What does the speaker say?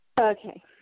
Okay